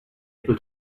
able